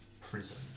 prison